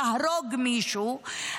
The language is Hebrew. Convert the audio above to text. להרוג מישהו,